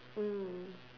mm